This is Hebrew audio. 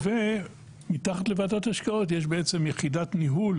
מתחת לוועדת ההשקעות יש יחידת ניהול